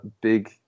big